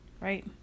right